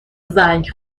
زنگ